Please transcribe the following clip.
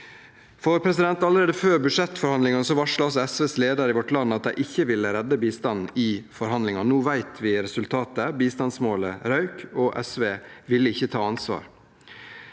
blir prioritert. Allerede før budsjettforhandlingene varslet SVs leder i Vårt Land at de ikke ville redde bistanden i forhandlingene. Nå vet vi resultatet. Bistandsmålet røk, og SV ville ikke ta ansvar.